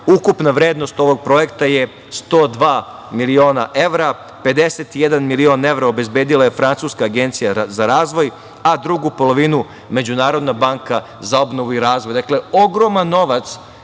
Ukupna vrednost ovog projekta je 102 miliona evra, 51 milion evra obezbedila je Francuska agencija za razvoj, a drugu polovinu Međunarodna banka za obnovu i razvoj, dakle, ogroman novac